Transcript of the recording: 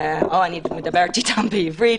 או שאני מדברת איתן בעברית,